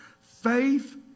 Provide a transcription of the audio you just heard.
Faith